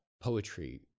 poetry